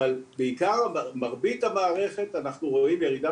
אבל בעיקר מרבית המערכת אנחנו רואים ירידה